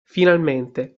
finalmente